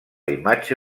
imatge